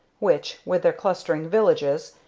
which, with their clustering villages,